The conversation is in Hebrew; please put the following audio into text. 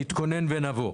נתכונן ונבוא.